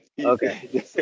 Okay